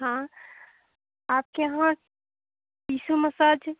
हाँ आपके यहाँ वहाँ टीसु मसाज